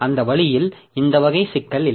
அந்த வழியில் இந்த வகை சிக்கல் இல்லை